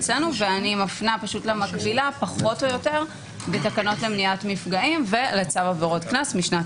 שהוא מקביל פחות או יותר לתקנות מניעת מפגעים וצו עבירות קנס משנת